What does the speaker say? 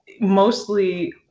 mostly